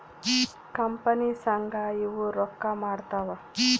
company ಸಂಘ ಇವು ರೊಕ್ಕ ಮಾಡ್ತಾವ